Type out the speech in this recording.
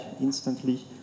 instantly